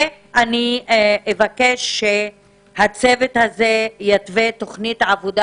ואני אבקש שהצוות הזה יתווה תוכנית עבודה